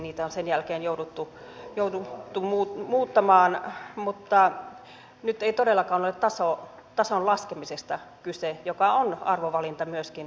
niitä on sen jälkeen jouduttu muuttamaan mutta nyt ei todellakaan ole tason laskemisesta kyse mikä on arvovalinta myöskin sinänsä